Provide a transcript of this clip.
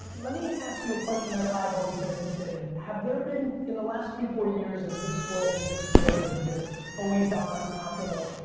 let me ask you a question that i've always been interested in. have there been in the last three, four years, as this world has exploded, this always on content world,